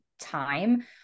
time